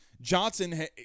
Johnson